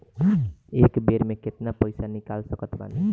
एक बेर मे केतना पैसा निकाल सकत बानी?